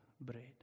bread